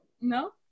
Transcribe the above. No